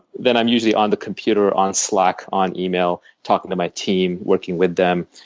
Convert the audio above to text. then i'm usually on the computer on slack, on email, talking to my team, working with them.